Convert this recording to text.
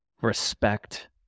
respect